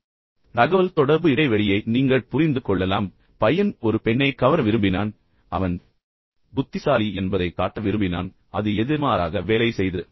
எனவே தகவல்தொடர்பு இடைவெளியை நீங்கள் புரிந்து கொள்ளலாம் பையன் உண்மையில் ஒரு பெண்ணைக் கவர விரும்பினான் அவன் மிகவும் புத்திசாலி என்பதைக் காட்ட விரும்பினான் ஆனால் அது எதிர்மாறாக வேலை செய்தது